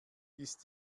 ist